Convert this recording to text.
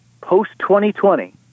Post-2020